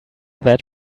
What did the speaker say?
that